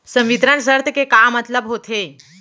संवितरण शर्त के का मतलब होथे?